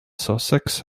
sussex